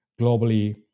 globally